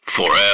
Forever